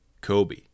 Kobe